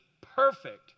perfect